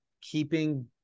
keeping